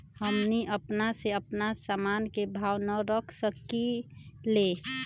हमनी अपना से अपना सामन के भाव न रख सकींले?